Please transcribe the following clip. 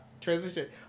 transition